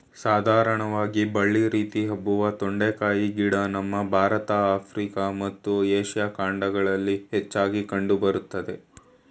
ಸಾಧಾರಣವಾಗಿ ಬಳ್ಳಿ ರೀತಿ ಹಬ್ಬುವ ತೊಂಡೆಕಾಯಿ ಗಿಡ ನಮ್ಮ ಭಾರತ ಆಫ್ರಿಕಾ ಮತ್ತು ಏಷ್ಯಾ ಖಂಡಗಳಲ್ಲಿ ಹೆಚ್ಚಾಗಿ ಕಂಡು ಬರ್ತದೆ